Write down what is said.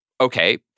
Okay